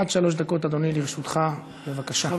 עד שלוש דקות, אדוני, לרשותך, בבקשה.